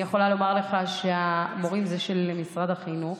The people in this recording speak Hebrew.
אני יכולה לומר לך שהמורים הם של משרד החינוך.